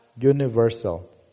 universal